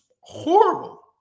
horrible